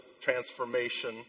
transformation